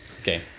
Okay